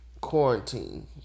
quarantine